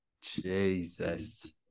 Jesus